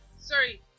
Sorry